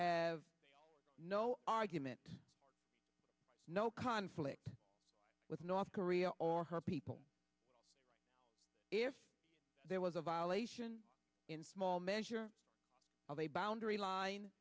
have no argument no conflict with north korea or her people if there was a violation in small measure of a boundary line